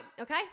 okay